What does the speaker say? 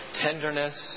tenderness